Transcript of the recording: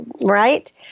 right